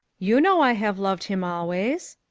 you know i have loved him always.